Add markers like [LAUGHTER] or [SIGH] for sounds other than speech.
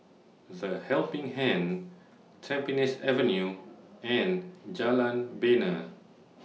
The Helping Hand Tampines Avenue and Jalan Bena [NOISE]